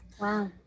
Wow